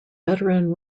veteran